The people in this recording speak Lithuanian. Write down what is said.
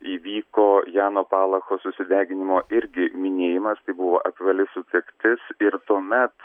įvyko jano palacho susideginimo irgi minėjimas tai buvo apvali sukaktis ir tuomet